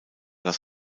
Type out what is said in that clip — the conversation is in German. das